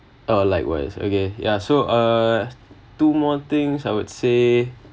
oh likewise okay ya so uh two more things I would say